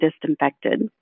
disinfected